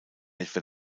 etwa